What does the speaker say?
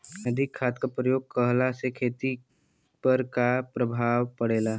अधिक खाद क प्रयोग कहला से खेती पर का प्रभाव पड़ेला?